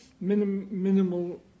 minimal